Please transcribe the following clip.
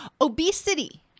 Obesity